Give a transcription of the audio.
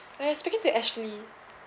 well you speaking to ashley